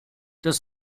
das